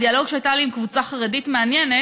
בדיאלוג שהיה לי עם קבוצה חרדית מעניינת